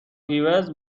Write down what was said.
هیوز